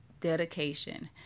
dedication